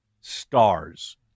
stars